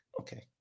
okay